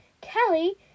Kelly